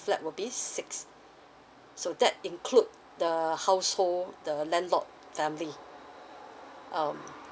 flat will be six so that include the household the landlord family um